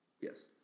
Yes